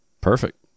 perfect